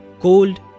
cold